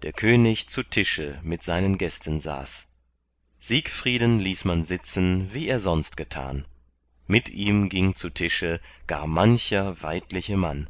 der könig zu tische mit seinen gästen saß siegfrieden ließ man sitzen wie er sonst getan mit ihm ging zu tische gar mancher weidliche mann